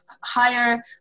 higher